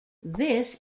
this